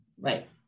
right